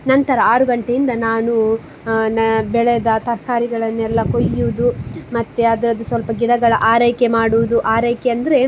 ನಂತರ ಆರು ಗಂಟೆಯಿಂದ ನಾನು ನಾ ಬೆಳೆದ ತರಕಾರಿಗಳನ್ನೆಲ್ಲ ಕೊಯ್ಯೋದು ಮತ್ತು ಅದರದ್ದು ಸ್ವಲ್ಪ ಗಿಡಗಳ ಆರೈಕೆ ಮಾಡುವುದು ಆರೈಕೆ ಅಂದರೆ